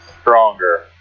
Stronger